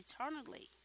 eternally